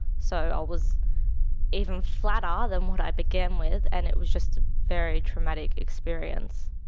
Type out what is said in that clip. so i was even flatter ah than what i began with, and it was just a very traumatic experience.